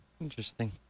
interesting